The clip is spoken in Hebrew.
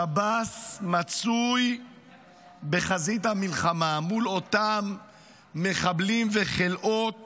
שב"ס מצוי בחזית המלחמה מול אותם מחבלים וחלאות